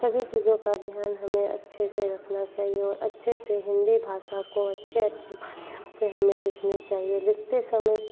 सभी चीज़ों का ध्यान हमें अच्छे से रखना चाहिए और अच्छे से हिन्दी भाषा को अच्छे अच्छे से हमें लिखना चाहिए लिखते समय